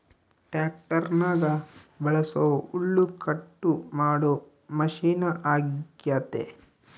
ಟ್ಯಾಕ್ಟರ್ನಗ ಬಳಸೊ ಹುಲ್ಲುಕಟ್ಟು ಮಾಡೊ ಮಷಿನ ಅಗ್ಯತೆ